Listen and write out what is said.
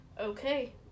Okay